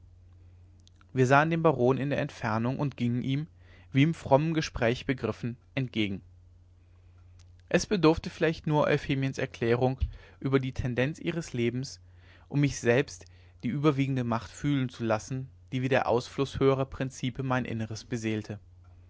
wir sahen den baron in der entfernung und gingen ihm wie im frommen gespräch begriffen entgegen es bedurfte vielleicht nur euphemiens erklärung über die tendenz ihres lebens um mich selbst die überwiegende macht fühlen zu lassen die wie der ausfluß höherer prinzipe mein inneres beseelte